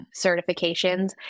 certifications